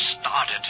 started